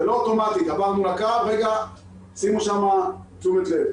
זה לא אוטומטית, שימו שם תשומת לב.